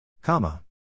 Comma